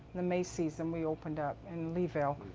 the may season we opened up. in leeville,